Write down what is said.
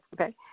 okay